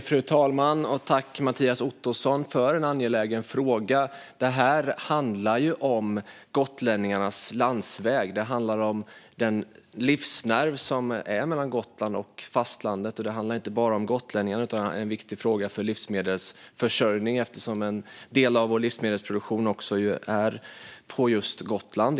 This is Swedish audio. Fru talman! Tack, Mattias Ottosson, för en angelägen fråga! Det här handlar om gotlänningarnas landsväg, livsnerven mellan Gotland och fastlandet. Och det handlar inte bara om gotlänningarna; detta är en viktig fråga för livsmedelsförsörjningen eftersom en del av vår livsmedelsproduktion sker just på Gotland.